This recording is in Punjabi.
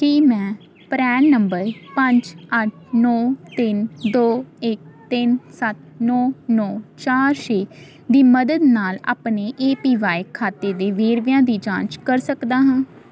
ਕੀ ਮੈਂ ਪਰੈਨ ਨੰਬਰ ਪੰਜ ਅੱਠ ਨੌ ਤਿੰਨ ਦੋ ਇੱਕ ਤਿੰਨ ਸੱਤ ਨੌ ਨੌ ਚਾਰ ਛੇ ਦੀ ਮਦਦ ਨਾਲ ਆਪਣੇ ਏ ਪੀ ਵਾਏ ਖਾਤੇ ਦੇ ਵੇਰਵਿਆਂ ਦੀ ਜਾਂਚ ਕਰ ਸਕਦਾ ਹਾਂ